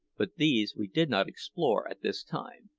but these we did not explore at this time.